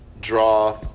draw –